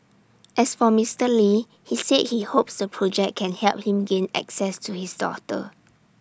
as for Mister lee he said he hopes the project can help him gain access to his daughter